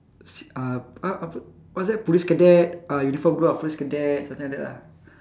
s~ uh a~ apa what is that police cadet ah uniform group ah police cadet something like that lah